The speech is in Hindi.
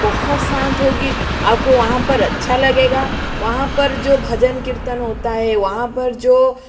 बहुत शांत होगी आपको वहाँ पर अच्छा लगेगा वहाँ पर जो भजन कीर्तन होता है वहाँ पर जो